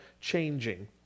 changing